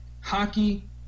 hockey